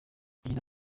yagize